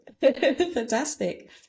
Fantastic